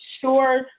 sure